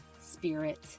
spirit